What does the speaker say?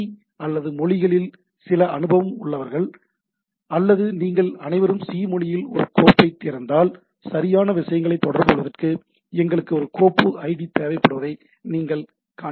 C அல்லது மொழிகளில் சில வேலை அனுபவம் உள்ளவர்கள் அல்லது நீங்கள் அனைவரும் சி மொழியில் ஒரு கோப்பைத் திறந்தால் சரியான விஷயங்களை தொடர்புகொள்வதற்கு எங்களுக்கு ஒரு கோப்பு ஐடி தேவைப்படுவதை நீங்கள் காண்கிறீர்கள்